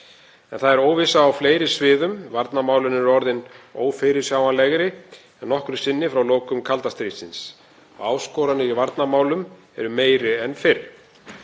Það er óvissa á fleiri sviðum. Varnarmálin eru orðin ófyrirsjáanlegri en nokkru sinni frá lokum kalda stríðsins. Áskoranir í varnarmálum eru meiri en fyrr.